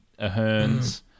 Aherns